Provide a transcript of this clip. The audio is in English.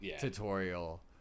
tutorial